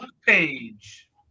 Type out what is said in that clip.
page